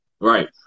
Right